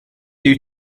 due